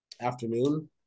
afternoon